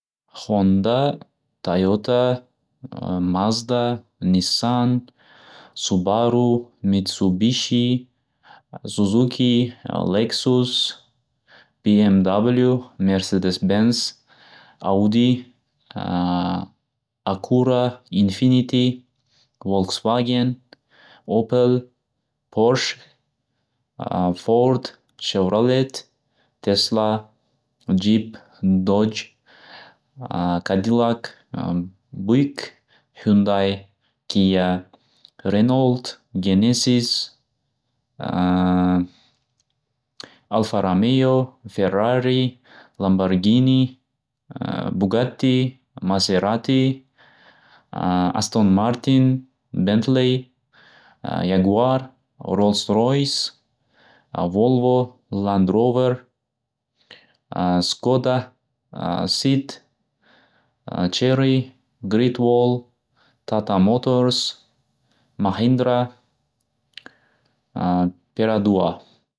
Xonda, Tayota, Mazda, Nissan, Subaru, Mitsubishi, Zuzuki, Leksus, BMW, Mersedes Benz, Audi, Akura, Infiniti, Volksvgen, Opel, Porsh, Fort, Shevralet, Tesla, Jip, Doch, Kadilak, Huynday, Kia, Renolt, Genesis, Alfaramiyo, Ferrari, Lombargini, Bugatti, Maserati, Aston Martin, Bentli, Yaguar, Rols Roys, Volvo, Rand Rover, Skota, Sit, Cherri, Grikvol, Tatamotors, Maxindra, Peradua.